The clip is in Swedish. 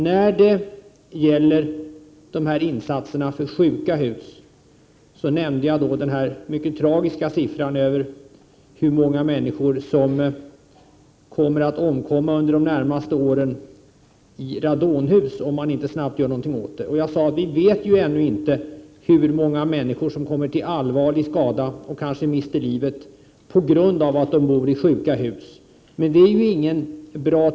När det gäller insatserna för sjuka hus, nämnde jag den mycket tragiska siffran över hur många människor som kommer att omkomma under de närmaste åren i radonhus, om man inte snabbt gör någonting åt dem. Jag sade: Vi vet ännu inte hur många människor som kommer till allvarlig skada och kanske mister livet på grund av att de bor i sjuka hus, men det är ingen bra tröst.